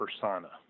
persona